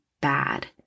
bad